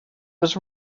was